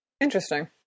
Interesting